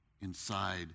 inside